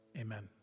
amen